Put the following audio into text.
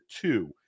two